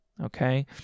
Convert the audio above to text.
okay